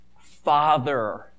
Father